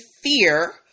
fear